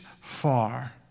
far